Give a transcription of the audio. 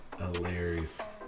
Hilarious